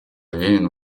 левин